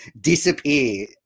disappear